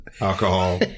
alcohol